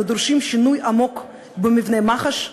אנחנו דורשים שינוי עמוק במבנה מח"ש.